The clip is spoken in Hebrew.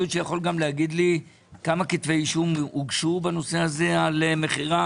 לומר כמה כתבי אישום הוגשו בנושא הזה על מכירת